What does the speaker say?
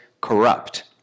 corrupt